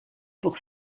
pour